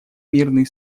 мирные